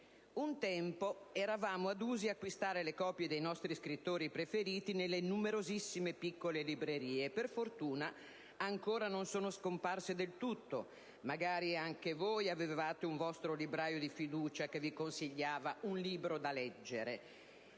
Un tempo eravamo adusi ad acquistare le copie dei nostri scrittori preferiti nelle numerosissime piccole librerie. Per fortuna, ancora non sono scomparse del tutto, e magari anche voi avevate un vostro libraio di fiducia che vi consigliava un libro da leggere.